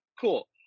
cool